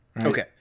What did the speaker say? Okay